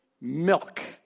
milk